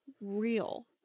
real